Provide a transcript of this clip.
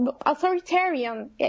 authoritarian